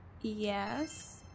Yes